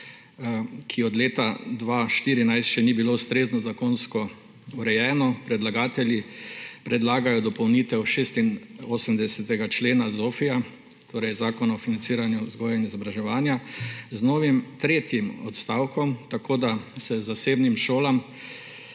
ki od leta 2014 še ni bilo ustrezno zakonsko urejena, predlagatelji predlagajo dopolnitev 86. člena ZOFVI, torej Zakona o organizaciji in financiranju vzgoje in izobraževanja, z novim tretjim odstavkom, tako da se zasebnim šolam